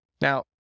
Now